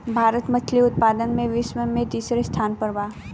भारत मछली उतपादन में विश्व में तिसरा स्थान पर बा